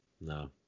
no